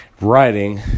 Writing